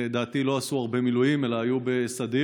לדעתי, לא עשו הרבה מילואים אלא היו בסדיר,